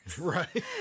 Right